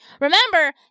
Remember